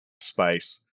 space